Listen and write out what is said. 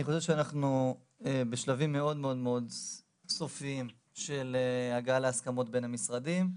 אני חושב שאנחנו בשלבים מאוד סופיים של הגעה להסכמות בין המשרדים.